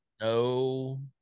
No